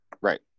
Right